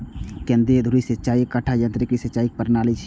केंद्रीय धुरी सिंचाइ एकटा यंत्रीकृत सिंचाइ प्रणाली छियै